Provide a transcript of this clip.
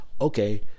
Okay